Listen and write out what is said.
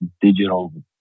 digital